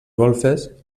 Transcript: golfes